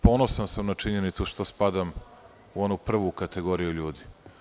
Ponosan sam na činjenicu što spadam u onu prvu kategoriju ljudi.